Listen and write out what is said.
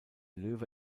löwe